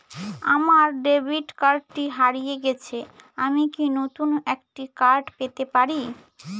আমার ডেবিট কার্ডটি হারিয়ে গেছে আমি কি নতুন একটি কার্ড পেতে পারি?